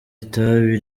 itabi